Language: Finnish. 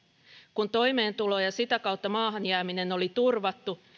kun toimeentulo ja sitä kautta maahan jääminen oli turvattu